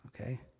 Okay